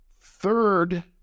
third